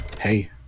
Hey